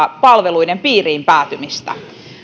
palveluiden piiriin päätymistä